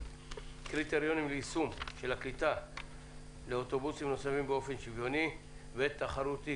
קריטריונים ליישום של הקליטה לאוטובוסים נוספים באופן שוויוני ותחרותי,